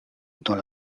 dans